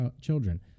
children